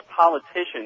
politicians